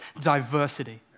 diversity